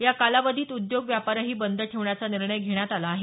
या कालावधीत उद्योग व्यापारही बंद ठेवण्याचा निर्णय घेण्यात आला आहे